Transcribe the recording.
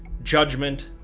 judgement,